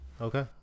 okay